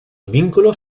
vínculos